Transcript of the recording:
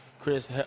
Chris